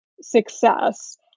success